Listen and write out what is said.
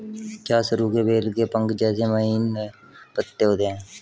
क्या सरु के बेल के पंख जैसे महीन पत्ते होते हैं?